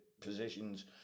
positions